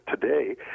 today